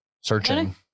Searching